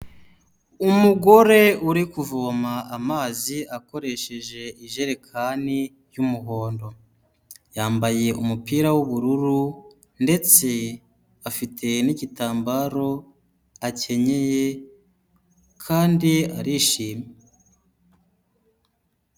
Umugore uri kuvoma amazi akoresheje ijerekani y'umuhondo, yambaye umupira w'ubururu ndetse afite n'igitambaro akenyeye kandi arishimye.